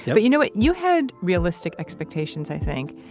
but you know what you had realistic expectations, i think.